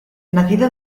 nacido